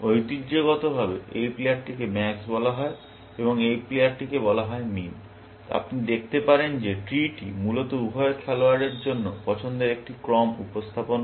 ঐতিহ্যগতভাবে এই প্লেয়ারটিকে ম্যাক্স বলা হয় এবং এই প্লেয়ারটিকে বলা হয় মিন এবং আপনি দেখতে পারেন যে ট্রি টি মূলত উভয় খেলোয়াড়ের জন্য পছন্দের একটি ক্রম উপস্থাপন করে